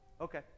Okay